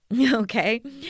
okay